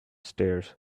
stairs